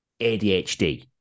ADHD